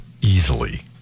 easily